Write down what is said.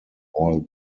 all